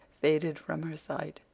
faded from her sight.